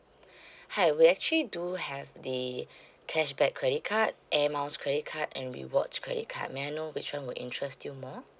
hi we actually do have the cashback credit card airmiles credit card and rewards credit card may I know which one would interest you more